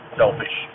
selfish